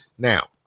Now